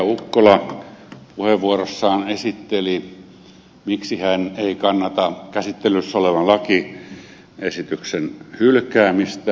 ukkola puheenvuorossaan esitteli miksi hän ei kannata käsittelyssä olevan lakiesityksen hylkäämistä ed